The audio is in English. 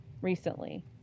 recently